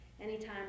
Anytime